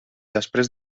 després